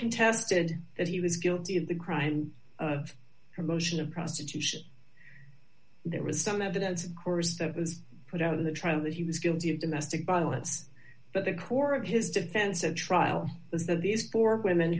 contested that he was guilty of the crime of promotion of prostitution there was some evidence of course that was put out of the trial that he was guilty of domestic violence but the core of his defense at trial was that these four women